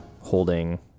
holding